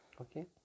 Okay